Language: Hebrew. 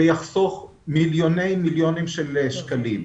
והוא יחסוך מיליוני מיליונים של שקלים.